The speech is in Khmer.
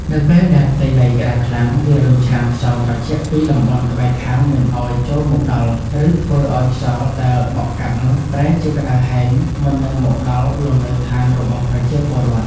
នៅពេលដែលផ្ទៃដីក្ដៅខ្លាំង វារុញច្រានខ្យល់ត្រជាក់ពីតំបន់ក្បែរខាងមិនឱ្យចូលមកដល់ ឬធ្វើឱ្យខ្យល់ដែលបក់កាត់នោះប្រែជាក្ដៅហែងមុននឹងមកដល់លំនៅឋានរបស់ប្រជាពលរដ្ឋ។